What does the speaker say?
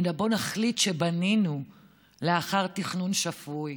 אלא בואו נחליט שבנינו לאחר תכנון שפוי,